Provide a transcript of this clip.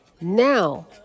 now